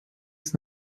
ist